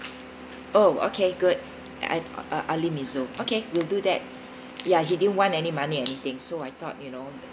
oh okay good I a~ ali mizzul okay will do that ya he didn't want any money anything so I thought you know